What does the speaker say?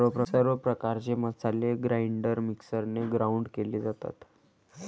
सर्व प्रकारचे मसाले ग्राइंडर मिक्सरने ग्राउंड केले जातात